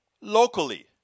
locally